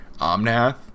Omnath